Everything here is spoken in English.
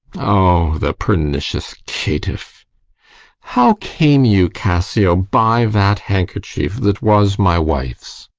o the pernicious caitiff how came you, cassio, by that handkerchief that was my wife's?